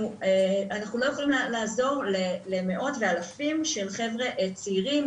אנחנו לא יכולים לעזור למאות ואלפים שהם חבר'ה צעירים,